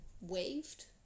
waved